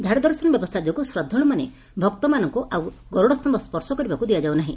ଧାଡିଦର୍ଶନ ବ୍ୟବସ୍ଥା ଯୋଗୁଁ ଶ୍ରଦ୍ଧାଳୁ ଭକ୍ତମାନଙ୍କୁ ଆଉ ଗରୁଡସ୍ତୟ ସ୍ୱର୍ଶ କରିବାକୁ ଦିଆଯାଉ ନାହି